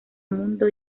mundo